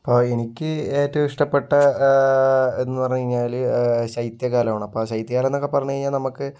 എനിക്ക് ഏറ്റവും ഇഷ്ടപ്പെട്ട എന്ന് പറഞ്ഞ് കഴിഞ്ഞാല് ശൈത്യകാലമാണ് അപ്പൊ ആ ശൈത്യകാലമെന്നൊക്കെ പറഞ്ഞ് കഴിഞ്ഞാൽ നമുക്ക്